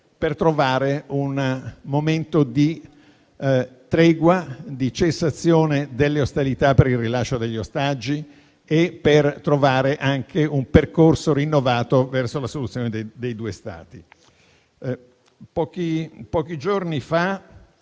per trovare un momento di tregua e di cessazione delle ostilità per il rilascio degli ostaggi e per trovare anche un percorso rinnovato verso la soluzione dei due Stati. Pochi giorni fa